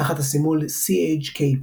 תחת הסימול "CHKP",